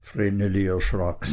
vreneli erschrak